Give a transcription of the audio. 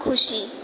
ખુશી